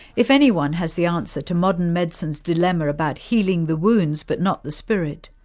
if anyone has the answer to modern medicine's dilemma about healing the wounds but not the spirit,